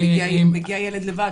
מגיע ילד לבד.